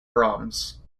brahms